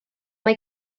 mae